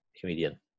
comedian